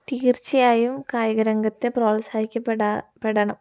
തീർച്ചയായും കായികരംഗത്ത് പ്രോത്സാഹിക്കപ്പെടണം